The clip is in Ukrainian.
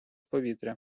повітря